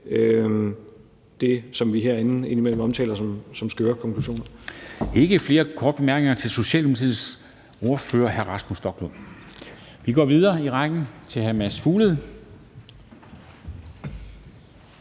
det, som vi herinde indimellem omtaler som skøre konklusioner.